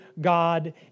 God